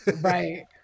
Right